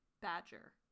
Badger